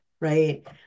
Right